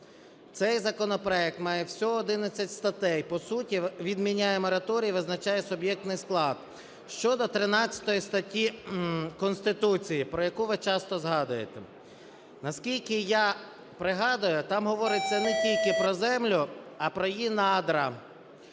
Цей законопроект має всього 11 статей, по суті відміняє мораторій і визначає суб'єктний склад. Щодо 13 статті Конституції, про яку ви часто згадуєте. Наскільки я пригадую, там говориться не тільки про землю, а й про її надра.